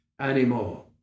anymore